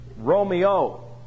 Romeo